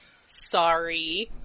Sorry